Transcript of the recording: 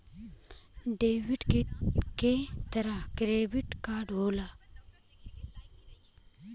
डेबिटे क तरह क्रेडिटो कार्ड होला